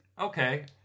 Okay